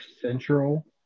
central